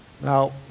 Now